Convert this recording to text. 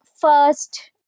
first